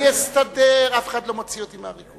אני אסתדר, אף אחד לא מוציא אותי מהריכוז.